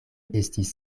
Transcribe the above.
estis